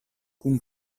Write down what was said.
kun